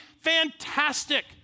Fantastic